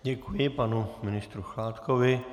Děkuji panu ministru Chládkovi.